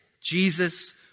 Jesus